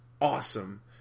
awesome